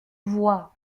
voix